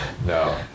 no